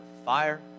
fire